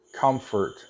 Comfort